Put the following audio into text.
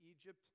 Egypt